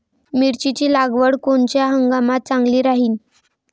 मिरची लागवड कोनच्या हंगामात चांगली राहीन?